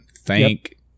Thank